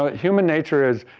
ah human nature is,